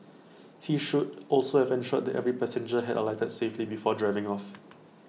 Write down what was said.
he should also have ensured that every passenger had alighted safely before driving off